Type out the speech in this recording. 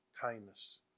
kindness